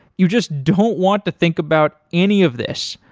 you just don't want to think about any of this.